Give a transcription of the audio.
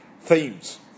themes